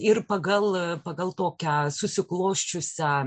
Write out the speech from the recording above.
ir pagal pagal tokią susiklosčiusią